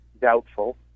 Doubtful